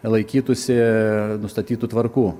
laikytųsi nustatytų tvarkų